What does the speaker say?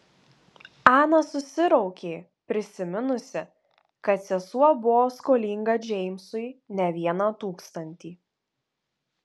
ana susiraukė prisiminusi kad sesuo buvo skolinga džeimsui ne vieną tūkstantį